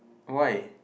why